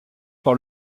par